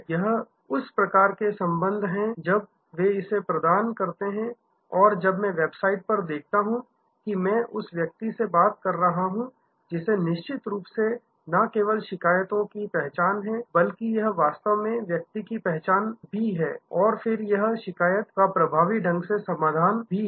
यह उस प्रकार के संबंध है जब वे इसे प्रदान करते हैं और जब मैं वेबसाइट पर देखता हूं कि मैं उस व्यक्ति से बात कर रहा हूं जिसे निश्चित रूप से ना केवल शिकायतों की पहचान हे बल्कि यह वास्तव में व्यक्ति की पहचान भी है और फिर यह शिकायत का प्रभावी ढंग से समाधान भी है